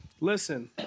Listen